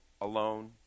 alone